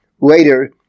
later